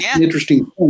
Interesting